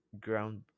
Ground